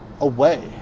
away